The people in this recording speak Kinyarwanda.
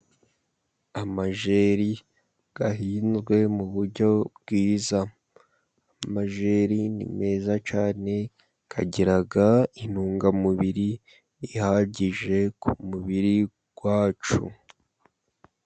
Amajeri ahinzwe mu buryo bwiza. Amajeri ni meza cyane, agira intungamubiri zihagije ku mubiri wacu.